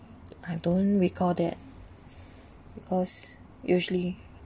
I don't recall that because usually